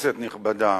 כנסת נכבדה,